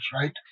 right